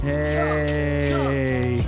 Hey